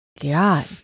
God